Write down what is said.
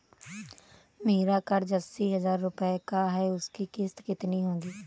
मेरा कर्ज अस्सी हज़ार रुपये का है उसकी किश्त कितनी होगी?